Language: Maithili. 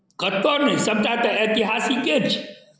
कतय नहि सभटा तऽ एतिहासिके छै